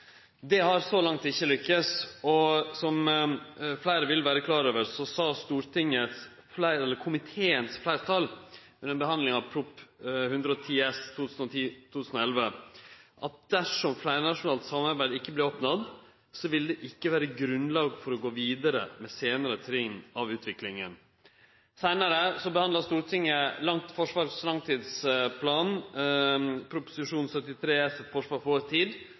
Det har så langt ikkje lykkast. Som fleire vil vere klar over, står det i Innst. 441 S, for 2010–2011, til Prop. 110 S, for 2010–2011, at dersom fleirnasjonalt samarbeid ikkje vart oppnådd, ville det ikkje vere grunnlag for å gå vidare med seinare trinn av utviklinga. Seinare behandla Stortinget Forsvarets langtidsplan, Prop. 73 S, for 2011–2012, Et forsvar for vår tid,